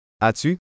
As-tu